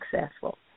successful